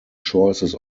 choices